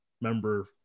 member